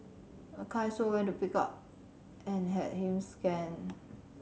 a kind soul went to pick up and had him scanned